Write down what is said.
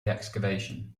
excavation